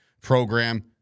program